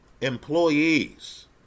employees